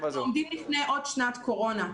אנחנו עומדים לפני עוד שנת קורונה,